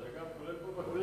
דרך אגב, כולל פה בכנסת.